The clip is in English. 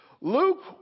Luke